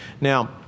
Now